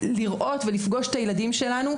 לראות ולפגוש את הילדים שלנו,